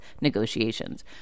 negotiations